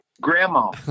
Grandma